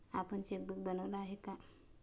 आपण चेकबुक बनवलं आहे का?